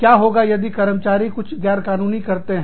क्या होगा यदि कर्मचारी कुछ गैरकानूनी करते हैं